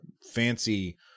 fancy